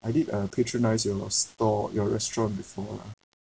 I did uh patronise you store your restaurant before ah